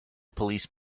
police